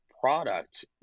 product